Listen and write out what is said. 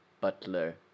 Butler